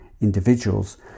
individuals